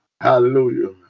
Hallelujah